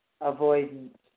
avoidance